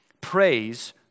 praise